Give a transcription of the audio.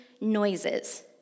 noises